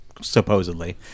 supposedly